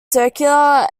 circular